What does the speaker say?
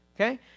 Okay